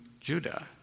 Judah